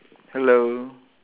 hello